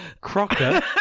crocker